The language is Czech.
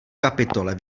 kapitole